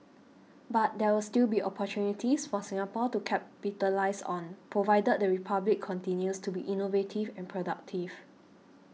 but there will still be opportunities for Singapore to capitalise on provided the Republic continues to be innovative and productive